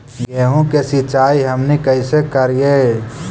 गेहूं के सिंचाई हमनि कैसे कारियय?